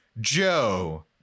Joe